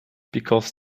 because